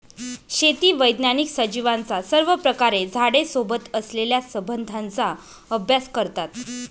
शेती वैज्ञानिक सजीवांचा सर्वप्रकारे झाडे सोबत असलेल्या संबंधाचा अभ्यास करतात